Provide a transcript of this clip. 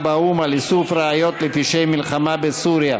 באו"ם על איסוף ראיות ופשעי מלחמה בסוריה.